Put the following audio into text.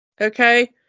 Okay